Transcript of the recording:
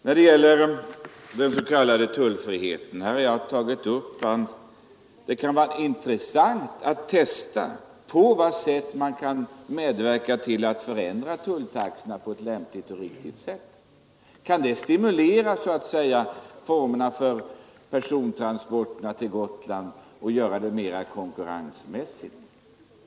När det gäller den s.k. tullfriheten kunde det vara intressant att testa om man på ett lämpligt och riktigt sätt skulle kunna förändra tulltaxorna och undersöka om det så att säga kunde stimulera formerna för persontransporterna till Gotland och göra priserna mera konkurrenskraftiga.